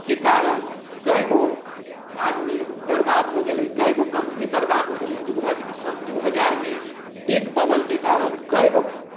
के कारण कएक गो आदमी बर्बाद हो गेलै कएक गो कम्पनी बर्बाद हो गेलै दू हजार सन दू हजारमे टेक बबलके कारण कएक गो